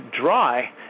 dry